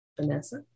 Vanessa